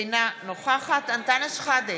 אינה נוכחת אנטאנס שחאדה,